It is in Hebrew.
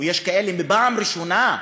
יש כאלה שבפעם ראשונה,